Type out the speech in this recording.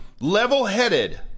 level-headed